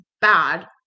bad